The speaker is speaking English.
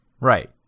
right